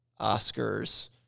oscars